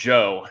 Joe